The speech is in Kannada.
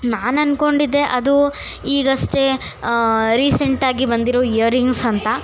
ನಾನು ಅಂದ್ಕೊಂಡಿದ್ದೆ ಅದೂ ಈಗಷ್ಟೇ ರೀಸೆಂಟಾಗಿ ಬಂದಿರೊ ಇಯರಿಂಗ್ಸ್ ಅಂತ